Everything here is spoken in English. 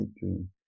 dream